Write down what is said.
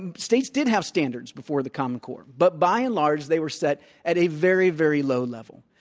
and states did have standards before the common core, but, by and large, they were set at a very, very low level.